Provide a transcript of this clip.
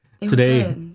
Today